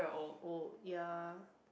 old ya